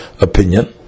opinion